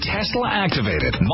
Tesla-activated